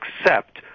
accept